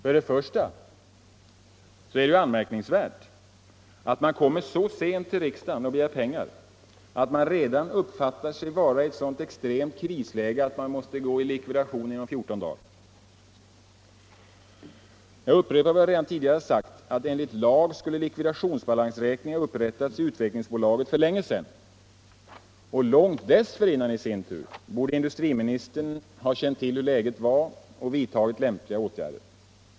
Först och främst är det anmärkningsvärt att pengar begärs hos riksdagen så sent - man anser att man redan är i ett extremt krisläge och måste gå i likvidation inom fjorton dagar. Jag upprepar vad jag redan tidigare sagt att enligt lag skulle likvidationsbalansräkning ha upprättats i Utvecklingsbolaget för länge sedan, och långt dessförinnan borde industriministern ha vetat hur läget var och vidtagit lämpliga åtgärder.